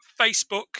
Facebook